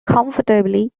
comfortably